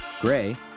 GRAY